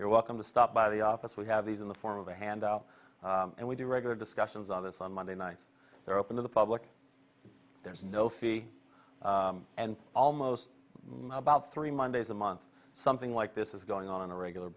you're welcome to stop by the office we have these in the form of a handout and we do regular discussions on this on monday nights they're open to the public there's no fee and almost my about three mondays a month something like this is going on on a regular